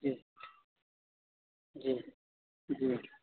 جی جی جی